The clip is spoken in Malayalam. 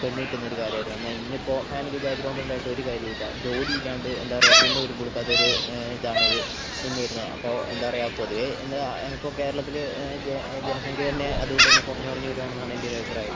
പെണ്ണ് കിട്ടുന്നൊരു കാലമായിരുന്നു എന്നാൽ ഇന്നിപ്പോൾ ഫാമിലി ബാക്ക് ഗ്രൗണ്ട് ഉണ്ടായിട്ടും ഒരു കാര്യമില്ല ജോലി ഇല്ലാണ്ട് എന്താ പറയുക പെണ്ണ് പോലും കൊടുക്കാത്ത ഒരു ഇതാണിത് ഇന്ന് വരുന്നത് അപ്പോൾ എന്താ പറയുക പൊതുവേ ഇന്ന് ദാ ഇപ്പോൾ കേരളത്തില് ജ ജനസംഖ്യ തന്നെ അതുകൊണ്ട് തന്നെ കുറഞ്ഞു കുറഞ്ഞു വരുവാണെന്നാണ് എൻ്റെ ഒരു അഭിപ്രായം